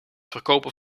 verkopen